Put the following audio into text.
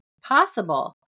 possible